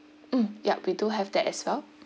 mm ya we do have that as well